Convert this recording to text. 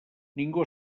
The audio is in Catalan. ningú